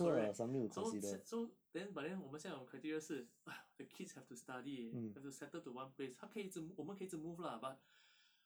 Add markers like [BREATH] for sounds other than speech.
correct [BREATH] so [NOISE] so then but then 我们现在的 criteria 是 [BREATH] the kids have to study have to settle to one place 他可以一直 mo~ 我们可以一直 move lah but [BREATH]